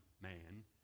man